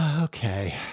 Okay